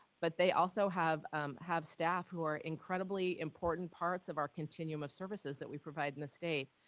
but they also have um have staff who are incredibly important parts of our continuum of services that we provide in the state.